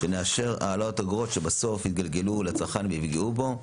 שנאשר העלאת אגרות שבסוף יתגלגלו לצרכן ויפגעו בו,